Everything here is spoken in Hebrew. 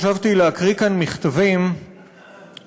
חשבתי להקריא כאן מכתבים שקיבלתי,